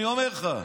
אני אומר לך,